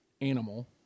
Animal